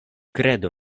kredu